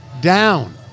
down